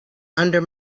under